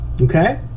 Okay